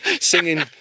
singing